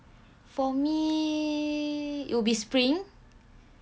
for me it will be spring and when